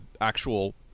actual